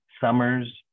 summers